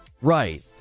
Right